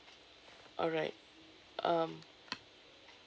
alright um